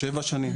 לפני 7 שנים,